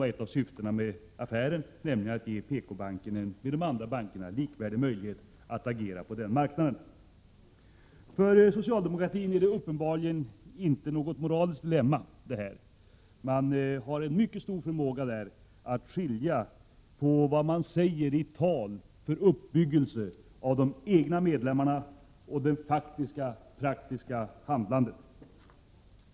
Ett av syftena med affären var ju också att ge PKbanken en med de andra bankerna likvärdig möjlighet att agera på optionsmarknaden. För socialdemokratin är detta uppenbarligen inte något moraliskt dilemma. Man har där en mycket stor förmåga att skilja på vad man säger i tal för uppbyggelse av de egna medlemmarna och det faktiskt praktiska handlandet.